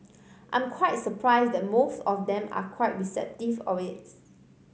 I'm quite surprised that most of them are quite receptive of this